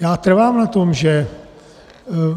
Já trvám na tom, že